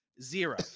zero